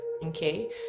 Okay